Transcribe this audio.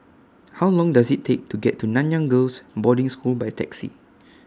How Long Does IT Take to get to Nanyang Girls' Boarding School By Taxi